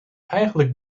eigenlijk